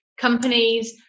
companies